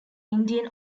indian